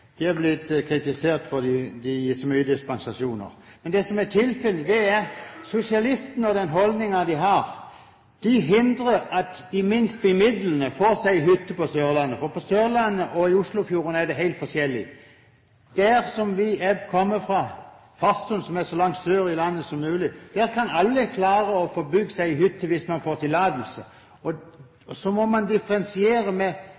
kritisert fordi de gir så mange dispensasjoner. Men det som er tilfellet, er at sosialistene og deres holdning hindrer at de minst bemidlede får seg hytte på Sørlandet, for på Sørlandet og langs Oslofjorden er det helt forskjellig. Der hvor jeg kommer fra, Farsund – som er så langt sør i landet som mulig – kan alle få bygd seg en hytte hvis man får tillatelse. Så må man differensiere og